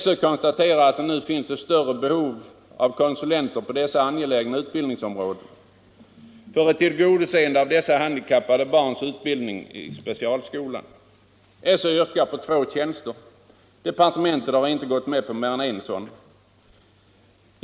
SÖ konstaterar att det nu finns ett större behov av konsulenter för dessa angelägna utbildningsområden för ett tillgodoseende av dessa handikappade barns utbildning i specialskolan. SÖ yrkar på två tjänster. Departementet har inte gått med på mer än en sådan.